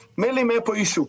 מילא אם היה פה אישיו.